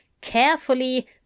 Carefully